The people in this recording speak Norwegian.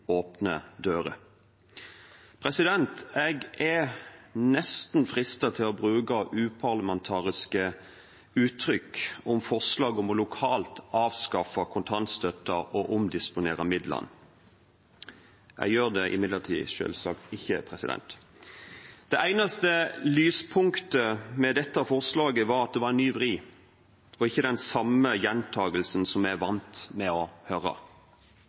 åpne dører. Jeg er nesten fristet til å bruke uparlamentariske uttrykk om forslaget om å lokalt avskaffe kontantstøtten og omdisponere midlene. Jeg gjør det imidlertid selvsagt ikke. Det eneste lyspunktet med dette forslaget var at det var en ny vri, og ikke den samme gjentakelsen som vi er vant til å høre